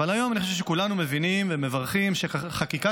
אבל היום אני חושב שכולנו מבינים ומברכים שחקיקה